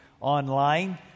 online